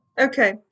Okay